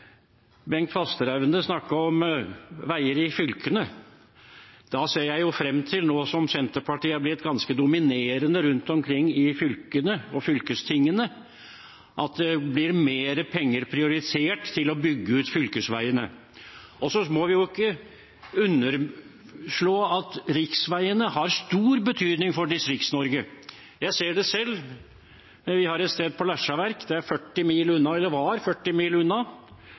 Bengt Fasteraune snakke om veier i fylkene. Nå som Senterpartiet er blitt ganske dominerende rundt omkring i fylkene og fylkestingene, ser jeg frem til at det blir prioritert mer penger til å bygge ut fylkesveiene. Vi må ikke underslå at riksveiene har stor betydning for Distrikts-Norge. Jeg ser det selv: Vi har et sted på Lesjaverk. Det er 40